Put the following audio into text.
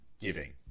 giving